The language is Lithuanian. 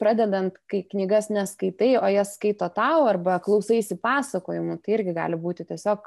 pradedant kai knygas ne skaitai o jas skaito tau arba klausaisi pasakojimų tai irgi gali būti tiesiog